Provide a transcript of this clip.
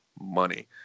money